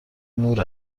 نور